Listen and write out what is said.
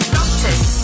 Doctors